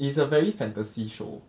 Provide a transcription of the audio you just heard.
it's a very fantasy show